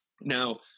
Now